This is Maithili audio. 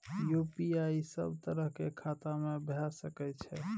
यु.पी.आई सब तरह के खाता में भय सके छै?